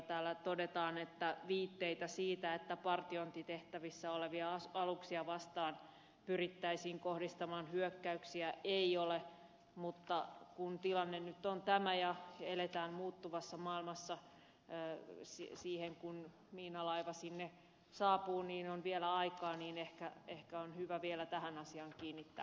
täällä todetaan että viitteitä siitä että partiointitehtävissä olevia aluksia vastaan pyrittäisiin kohdistamaan hyökkäyksiä ei ole mutta kun tilanne nyt on tämä ja eletään muuttuvassa maailmassa siihen kun miinalaiva sinne saapuu on vielä aikaa niin ehkä on hyvä vielä tähän asiaan kiinnittää huomiota